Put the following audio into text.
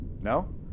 No